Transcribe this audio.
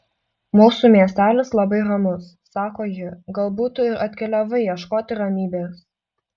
mūsų miestelis labai ramus sako ji galbūt tu ir atkeliavai ieškoti ramybės